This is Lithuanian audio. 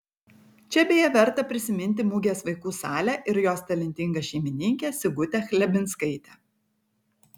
čia beje verta prisiminti mugės vaikų salę ir jos talentingą šeimininkę sigutę chlebinskaitę